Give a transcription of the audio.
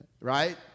Right